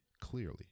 clearly